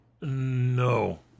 No